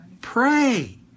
Pray